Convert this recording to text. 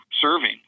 serving